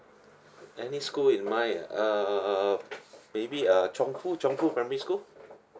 any school in mind ah uh maybe uh chongfu chongfu primary school